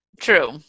True